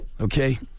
okay